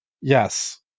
yes